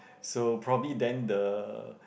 so probably then the